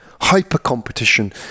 hyper-competition